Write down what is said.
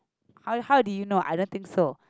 how how did you know I don't think so